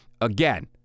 again